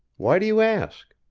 why do you ask?